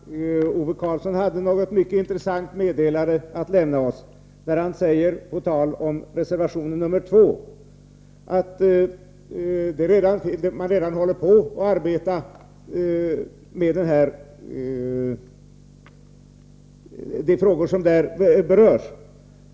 Herr talman! Ove Karlsson hade ett mycket intressant meddelande att lämna oss. Han sade på tal om reservation 2 att man redan håller på att arbeta med frågor som där berörs.